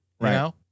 Right